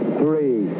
three